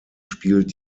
spielt